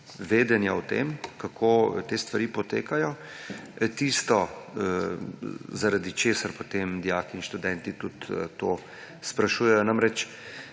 vedenja o tem, kako te stvari potekajo, tistega, zaradi česar potem dijaki in študenti to sprašujejo. Namreč,